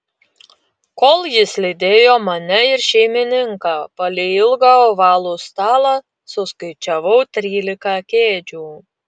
kol jis lydėjo mane ir šeimininką palei ilgą ovalų stalą suskaičiavau trylika kėdžių